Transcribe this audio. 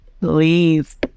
Please